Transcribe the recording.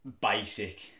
basic